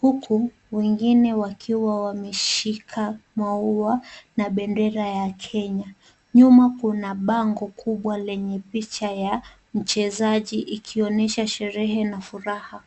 huku wengine wakiwa wameshika maua na bendera ya Kenya. Nyuma kuna bango kubwa lenye picha ya mchezaji ikionyesha sherehe na furaha.